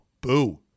boo